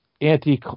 anti